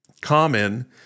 common